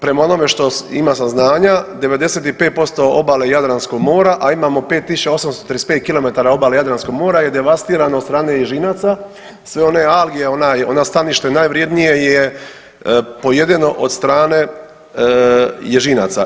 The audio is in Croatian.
Prema onome što ima saznanja 95% obale Jadranskog mora, a imamo 5835 km obale Jadranskog mora je devastirano od strane ježinaca, sve one alge onaj, ona stanište najvrijednije je pojedeno od strane ježinaca.